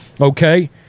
okay